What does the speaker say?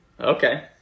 Okay